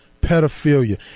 pedophilia